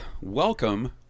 welcome